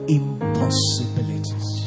impossibilities